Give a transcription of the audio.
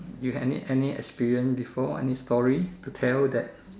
you had any any experience before any story to tell that